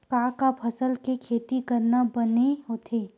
का का फसल के खेती करना बने होथे?